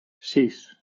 sis